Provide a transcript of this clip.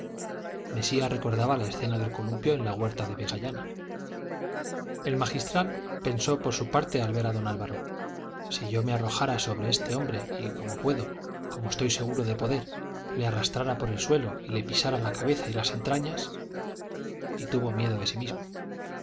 mesía recordaba la escena del columpio en la huerta de vegallana el magistral pensó por su parte al ver a don álvaro si yo me arrojara sobre este hombre y como puedo como estoy seguro de poder le arrastrara por el suelo y le pisara la cabeza y las entrañas y tuvo miedo de sí mismo